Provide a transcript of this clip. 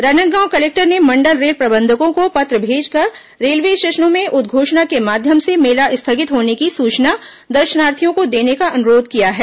Rajnandgaon collector ने मंडल rail प्रबंधकों को पत्र भेजकर रेल्वे स्टेशनों में उद्घोषणा के माध्यम से मेला स्थगित होने की सूचना दर्शनार्थियों को देने का अनुरोध किया है